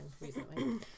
recently